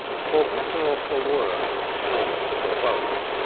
for better or for worse, or for both,